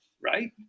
Right